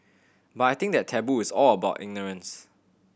but I think that taboo is all about ignorance